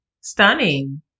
stunning